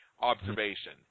observation